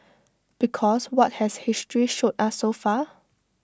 because what has history showed us so far